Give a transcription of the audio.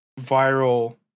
viral